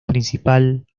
principal